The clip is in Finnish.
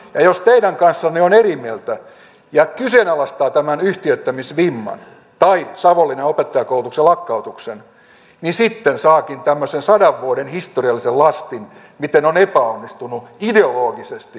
ja jos teidän kanssanne on eri mieltä ja kyseenalaistaa tämän yhtiöittämisvimman tai savonlinnan opettajankoulutuksen lakkautuksen niin sitten saakin tämmöisen sadan vuoden historiallisen lastin miten on epäonnistunut ideologisesti